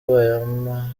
bayama